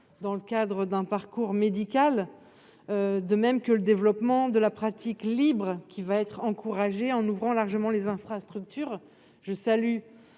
dans le cadre d'un parcours médical, ou encore au développement de la pratique libre, que l'on va encourager en ouvrant largement les infrastructures. Je salue